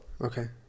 Okay